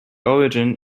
origin